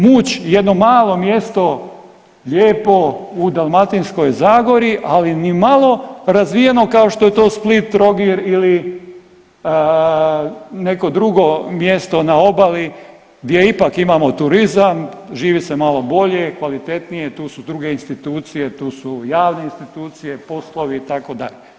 Muć jedno malo mjesto lijepo u Dalmatinskoj zagori ali ni malo razvijeno kao što je to Split, Trogir ili neko drugo mjesto na obali gdje ipak imamo turizam, živi se malo bolje, kvalitetnije, tu su druge institucije, tu su javne institucije, poslovi itd.